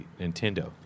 Nintendo